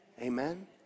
Amen